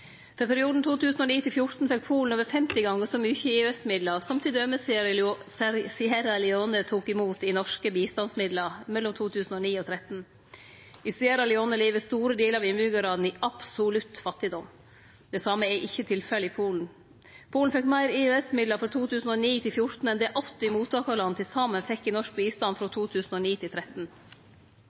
For perioden 2009–2014 fekk Polen over 50 gonger så mykje i EØS-midlar som t.d. Sierra Leone tok imot i norske bistandsmidlar mellom 2009 og 2013. I Sierra Leone lever store delar av innbyggjarane i absolutt fattigdom. Det same er ikkje tilfellet i Polen. Polen fekk meir EØS-midlar for 2009–2014 enn det 80 mottakarland til saman fekk i norsk bistand frå 2009 til